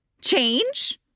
change